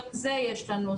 גם זה יש לנו.